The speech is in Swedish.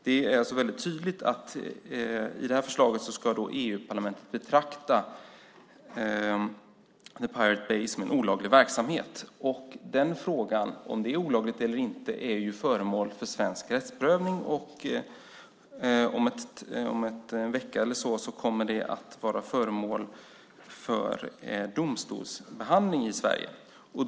Det är alltså väldigt tydligt att enligt förslaget ska EU-parlamentet betrakta Pirate Bay som en olaglig verksamhet. Frågan om det är olagligt eller inte är föremål för svensk rättsprövning, och om en vecka eller så kommer den att vara föremål för domstolsbehandling i Sverige.